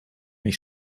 mich